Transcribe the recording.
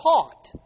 taught